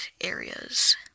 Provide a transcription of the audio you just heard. areas